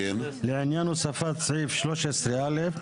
לעניין הוספת סעיף 13א,